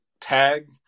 tag